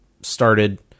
started